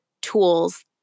tools